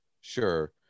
sure